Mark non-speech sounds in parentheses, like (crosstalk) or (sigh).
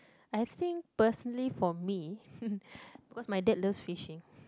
I think personally for me (laughs) because my dad loves fishing